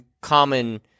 common